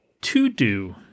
to-do